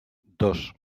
dos